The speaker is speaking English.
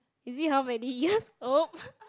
is it how many years oh